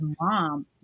mom